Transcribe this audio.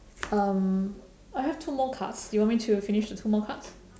um I have two more cards do you want me to finish the two more cards